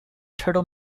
turtle